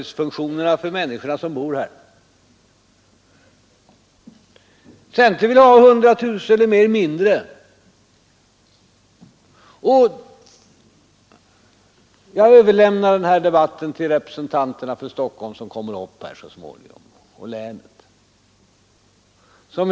Centern vill ha ungefär 100 000 mindre. Jag överlämnar den här debatten till representanterna för Stockholm och Stockholms län, som kommer upp här så småningom.